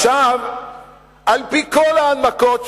ועכשיו על-פי כל הנמקות,